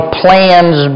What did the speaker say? plans